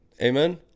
Amen